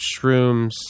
shrooms